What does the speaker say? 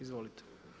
Izvolite.